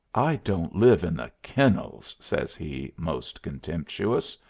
i don't live in the kennels, says he, most contemptuous.